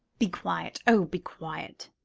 be quiet! oh! be quiet!